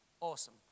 Awesome